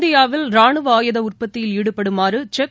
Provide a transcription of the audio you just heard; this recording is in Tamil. இந்தியாவில் ரானுவ ஆயுத உற்பத்தியில் ஈடுபடுமாறு செக்